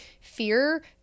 fear